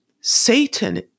Satan